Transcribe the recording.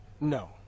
No